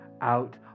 out